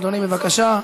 אדוני, בבקשה.